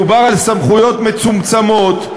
מדובר על סמכויות מצומצמות,